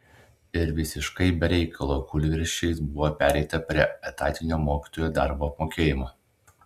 ir visiškai be reikalo kūlversčiais buvo pereita prie etatinio mokytojų darbo apmokėjimo